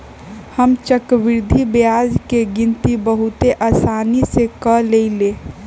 हम चक्रवृद्धि ब्याज के गिनति बहुते असानी से क लेईले